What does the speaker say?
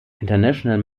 international